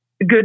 Good